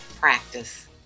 practice